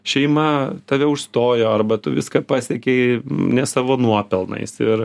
šeima tave užstojo arba tu viską pasiekei ne savo nuopelnais ir